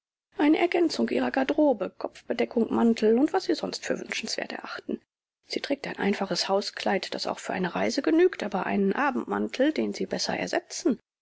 eine ergänzung ihrer garderobe kopfbedeckung mantel und was sie sonst für wünschenswert erachten sie trägt ein einfaches hauskleid das auch für eine reise genügt aber einen abendmantel den sie besser ersetzen